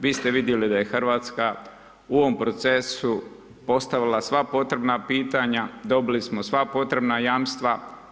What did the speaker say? Vi ste vidjeli da je Hrvatska u ovom procesu postavila sva potrebna pitanja, dobili smo sva potrebna jamstva.